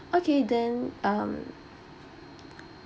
okay then um